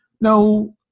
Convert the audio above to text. no